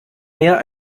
mehr